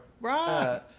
Right